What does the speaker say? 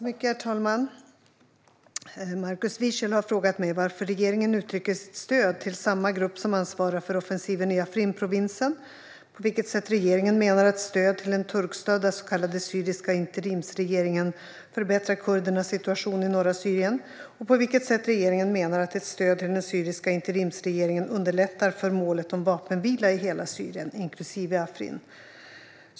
Herr talman! Markus Wiechel har frågat mig varför regeringen uttrycker sitt stöd till samma grupp som ansvarar för offensiven i Afrinprovinsen, på vilket sätt regeringen menar att ett stöd till den turkstödda så kallade syriska interimsregeringen förbättrar kurdernas situation i norra Syrien och på vilket sätt regeringen menar att ett stöd till den syriska interimsregeringen underlättar för målet om vapenvila i hela Syrien, inklusive Afrin.